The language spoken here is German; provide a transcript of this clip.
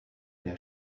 der